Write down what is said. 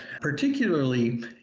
particularly